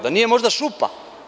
Da nije možda šupa?